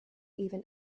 even